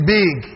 big